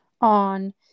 on